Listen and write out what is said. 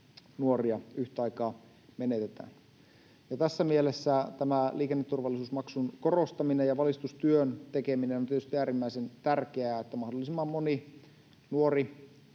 yhtä aikaa menetetään. Tässä mielessä tämä liikenneturvallisuusmaksun korostaminen ja valistustyön tekeminen ovat tietysti äärimmäisen tärkeitä, että mahdollisimman moni nuori